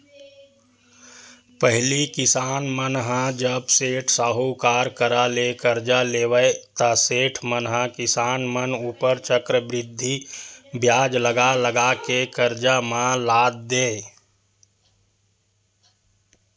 पहिली किसान मन ह जब सेठ, साहूकार करा ले करजा लेवय ता सेठ मन ह किसान मन ऊपर चक्रबृद्धि बियाज लगा लगा के करजा म लाद देय